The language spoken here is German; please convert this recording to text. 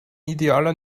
idealer